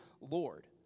Lord